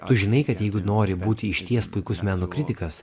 tu žinai kad jeigu nori būti išties puikus meno kritikas